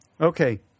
Okay